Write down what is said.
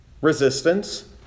resistance